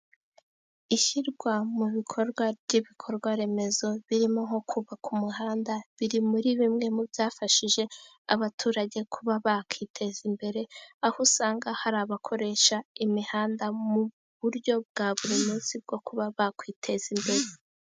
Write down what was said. Ishyirwa mu bikorwa ry'ibikorwa remezo birimo nko kubaka umuhanda, biri muri bimwe mu byafashije abaturage kuba bakwiteza imbere. Aho usanga hari abakoresha imihanda mu buryo bwa buri munsi bwo kuba bakwiteza imbere.